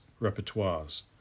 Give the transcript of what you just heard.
repertoires